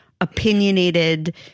opinionated